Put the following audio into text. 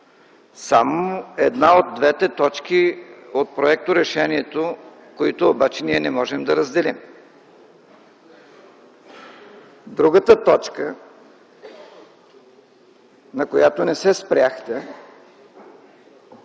само една от двете точки от проекторешението, които обаче ние не можем да разделим. Другата точка, на която не се спряхте,